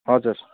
हजुर